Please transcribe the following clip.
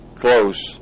close